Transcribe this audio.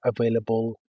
available